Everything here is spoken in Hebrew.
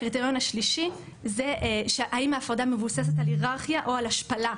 הקריטריון השלישי זה האם ההפרדה מבוססת על היררכיה או על השפלה.